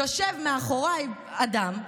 יושב מאחוריי אדם,